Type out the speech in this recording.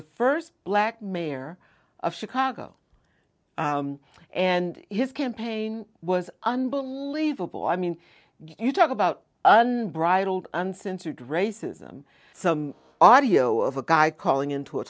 the first black mayor of chicago and his campaign was unbelievable i mean you talk about unbridled uncensored racism some audio of a guy calling into a